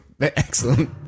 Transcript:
excellent